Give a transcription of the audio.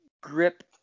grip